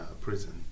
prison